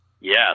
Yes